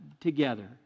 together